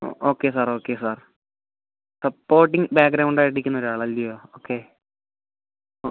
ഓ okay sir okay sir supporting ബാക്ക്ഗ്രൗണ്ടിൽ ആയിട്ട് നിൽക്കുന്ന ഒരാൾ അല്ലയോ ഓക്കെ ഓ